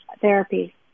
therapy